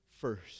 first